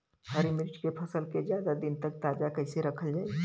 हरि मिर्च के फसल के ज्यादा दिन तक ताजा कइसे रखल जाई?